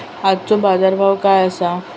आजचो बाजार भाव काय आसा?